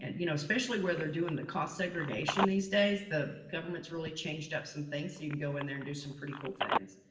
and you know, especially where they're doing the cost segregation these days, the government's really changed up some things so you can go in there and do some pretty cool things.